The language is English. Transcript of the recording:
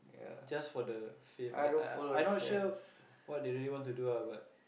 just for the fame I I I not sure what they really to do ah but